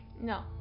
No